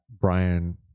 Brian